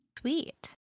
Sweet